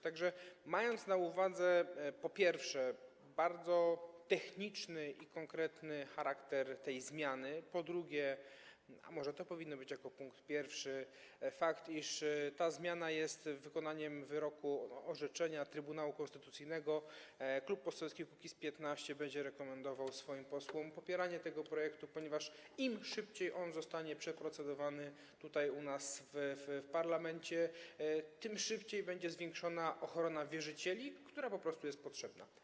Tak że mając na uwadze, po pierwsze, bardzo techniczny i konkretny charakter tej zmiany, po drugie, a może to powinno być jako punkt pierwszy, fakt, iż ta zmiana jest wykonaniem wyroku, orzeczenia Trybunału Konstytucyjnego, Klub Poselski Kukiz’15 będzie rekomendował swoim posłom popieranie tego projektu, ponieważ im szybciej on zostanie przeprocedowany w parlamencie, tym szybciej zwiększy się stopień ochrony wierzycieli, a ta ochrona po prostu jest potrzebna.